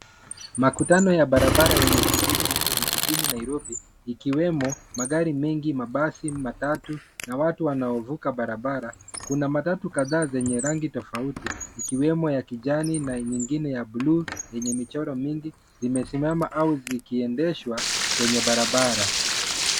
Makutano ya barabara yenye shughuli nyingi jijini Nairobi ikiwemo magari mengi, mabasi, matatu na watu wanaovuka barabara. Kuna matatu kadhaa zenye rangi tofauti ikiwemo ya kijani na nyingine ya buluu yenye michoro mingi zimesimama au zikiendeshwa kwenye barabara.